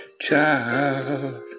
child